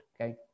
okay